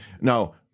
Now